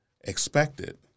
expected